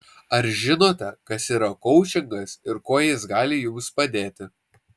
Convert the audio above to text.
ar žinote kas yra koučingas ir kuo jis gali jums padėti